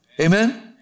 Amen